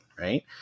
right